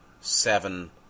seven